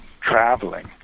traveling